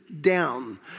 down